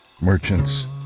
merchants